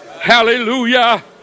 Hallelujah